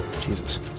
Jesus